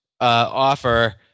offer